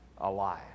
alive